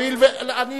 שאלנו אותה שאלה,